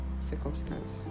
circumstance